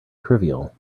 trivial